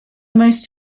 most